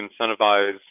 incentivize